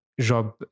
job